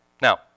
Now